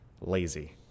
lazy